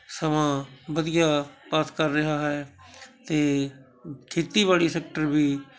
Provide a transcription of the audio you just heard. ਸਮਾਂ ਵਧੀਆ ਪਾਸ ਕਰ ਰਿਹਾ ਹੈ ਅਤੇ ਖੇਤੀਬਾੜੀ ਸੈਕਟਰ ਵੀ